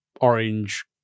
orange